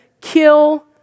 kill